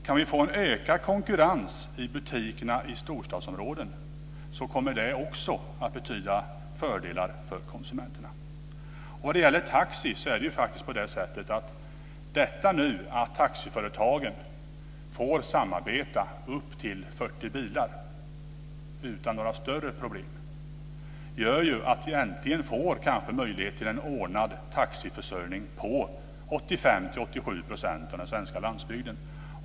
Kan vi få en ökad konkurrens i butikerna i storstadsområden, kommer det också att betyda fördelar för konsumenterna. Att taxiföretagen får samarbeta med upp till 40 bilar utan större problem, gör att vi äntligen får möjlighet till en ordnad taxiförsörjning på 85-87 % av den svenska landsbygden.